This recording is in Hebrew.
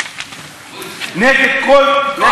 נגד כל, כל מעצר מינהלי?